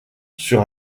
sur